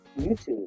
YouTube